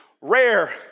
rare